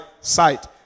sight